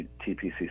TPC